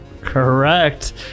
Correct